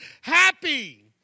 Happy